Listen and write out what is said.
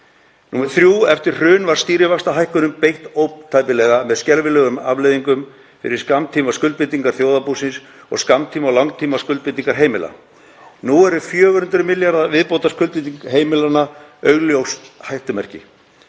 3. Eftir hrun var stýrivaxtahækkunum beitt ótæpilega með skelfilegum afleiðingum fyrir skammtímaskuldbindingar þjóðarbúsins og skammtíma- og langtímaskuldbindingar heimila. Nú eru 400 milljarða viðbótarskuldbindingar heimilanna augljós hættumerki.